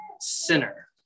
sinner